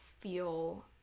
feel